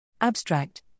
Abstract